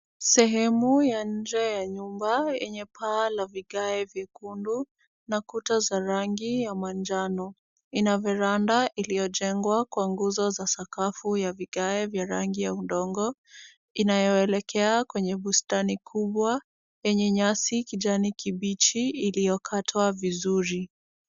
Sehemu ya nje ya nyumba yenye paa la vigae vyekundu na kuta za rangi ya manjano. Ina veranda iliyojengwa kwa nguzo za sakafu ya vigae vya rangi ya udongo, inayoelekea kwenye bustani kubwa, lenye nyasi kijani kibichi iliyokatwa vizuri.